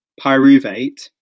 pyruvate